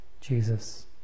Jesus